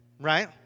right